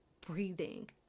breathing